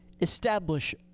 establish